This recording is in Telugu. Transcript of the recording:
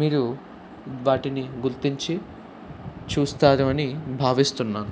మీరు వాటిని గుర్తించి చూస్తారని భావిస్తున్నాను